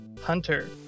hunter